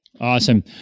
Awesome